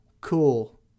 Cool